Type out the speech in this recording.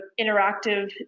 interactive